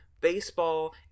baseball